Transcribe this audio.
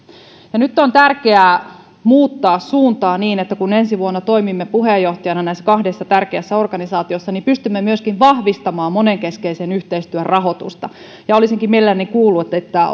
nyt on tärkeää muuttaa suuntaa niin että kun ensi vuonna toimimme puheenjohtajana näissä kahdessa tärkeässä organisaatiossa niin pystymme myöskin vahvistamaan monenkeskisen yhteistyön rahoitusta olisinkin mielelläni kuullut